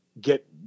get